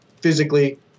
Physically